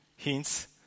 Hints